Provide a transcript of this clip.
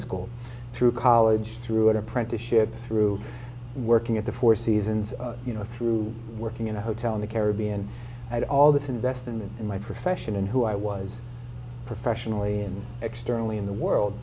school through college through an apprenticeship through working at the four seasons you know through working in a hotel in the caribbean at all this investment in my profession and who i was professionally and externally in the world